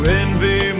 envy